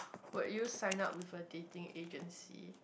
will you sign up with a dating agency